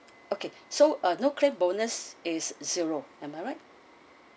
okay so ah no claim bonus is zero am I right